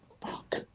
fuck